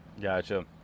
Gotcha